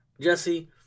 Jesse